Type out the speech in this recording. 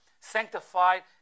sanctified